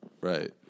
Right